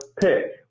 pick